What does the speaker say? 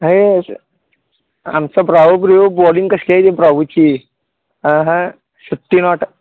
आहेच आमचा ब्रावो ब्रिवो बॉलिंग कशी काय ती ब्रावोची आं हां सुट्टी नाॅट